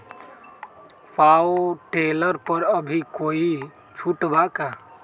Power tiller पर अभी कोई छुट बा का?